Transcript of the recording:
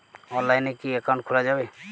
অনলাইনে কি অ্যাকাউন্ট খোলা যাবে?